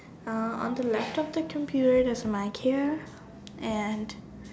uh on the left of the computer there's a mic here and